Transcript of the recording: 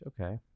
Okay